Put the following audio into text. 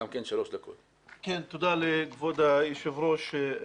תודה לכבוד היושב ראש.